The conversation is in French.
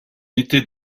était